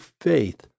faith